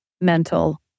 mental